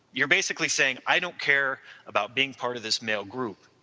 you're basically saying, i don't care about being part of this male group